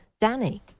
danny